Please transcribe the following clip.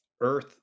earth